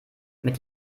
mit